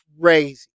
crazy